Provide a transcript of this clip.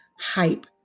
hype